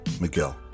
Miguel